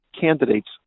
Candidates